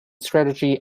strategy